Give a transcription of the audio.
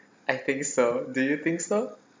I think so do you think so